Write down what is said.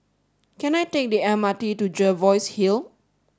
can I take the M R T to Jervois Hill